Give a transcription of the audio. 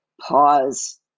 pause